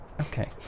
Okay